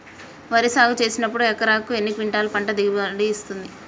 వరి సాగు చేసినప్పుడు ఎకరాకు ఎన్ని క్వింటాలు పంట దిగుబడి వస్తది?